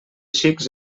xics